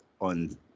on